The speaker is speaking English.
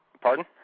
Pardon